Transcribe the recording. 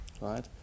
right